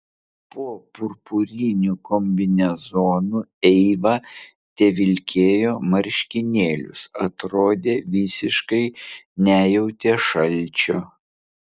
po purpuriniu kombinezonu eiva tevilkėjo marškinėlius atrodė visiškai nejautė šalčio